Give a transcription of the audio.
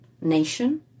nation